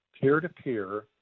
peer-to-peer